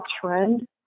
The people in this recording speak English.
trend